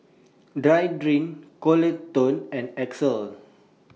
Deirdre Coleton and Axel